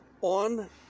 on